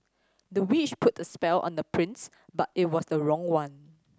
the witch put a spell on the prince but it was the wrong one